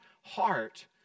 heart